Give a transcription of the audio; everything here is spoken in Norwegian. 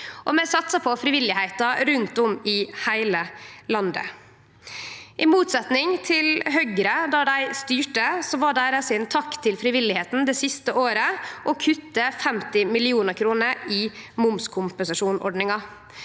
Vi satsar på frivilligheita rundt om i heile landet, i motsetnad til Høgre. Då dei styrte, var deira takk til frivilligheita det siste året å kutte 50 mill. kr i momskompensasjonsordninga